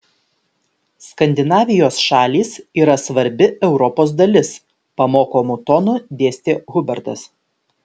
skandinavijos šalys yra svarbi europos dalis pamokomu tonu dėstė hubertas